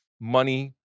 money